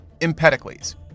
Empedocles